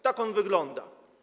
Tak on wygląda.